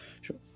Sure